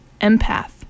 empath